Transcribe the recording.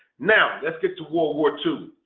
now let's get to world war two.